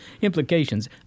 implications